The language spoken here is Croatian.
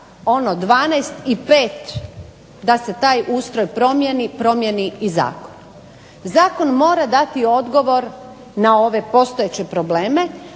i pet da se taj ustroj promjeni, promjeni i zakon. Zakon mora dati odgovor na ove postojeće probleme,